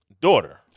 daughter